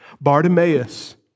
Bartimaeus